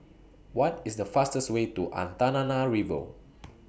What IS The fastest Way to Antananarivo